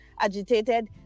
agitated